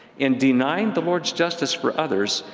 in denying the lord's justice for others,